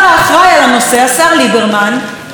שהשר בנט קורא לו שמאלן.